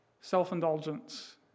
self-indulgence